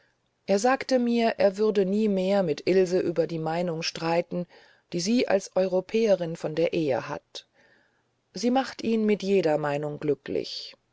er sagte mir er würde nie mehr mit ilse über die meinung streiten die sie als europäerin von der ehe hat sie macht ihn mit jeder meinung glücklich